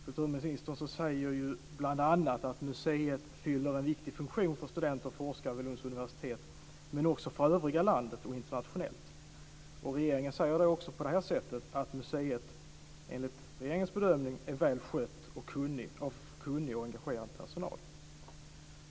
Kulturministern sade ju bl.a. att museet fyller en viktig funktion inte bara för studenter och forskare vid Lunds universitet, utan också för övriga landet och internationellt. På det här sättet säger regeringen att museet, enligt regeringens bedömning, är väl skött av kunnig och engagerad personal.